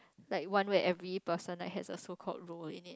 like one where every person like has a so called role in it